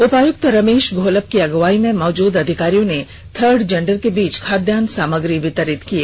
उपायुक्त रमेश घोलप की अगुवाई में मौजूद अधिकारियों ने थर्ड जेंडर के बीच खाद्यान्न सामग्री वितरित किए